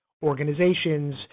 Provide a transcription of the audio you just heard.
organizations